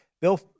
Bill